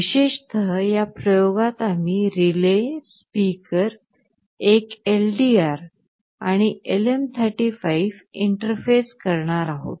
विशेषत या प्रयोगात आम्ही रिले स्पीकर एक LDR आणि LM35 इंटरफेस करणार आहोत